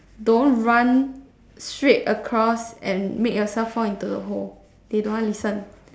don't run straight across and make yourself fall into the hole they don't want listen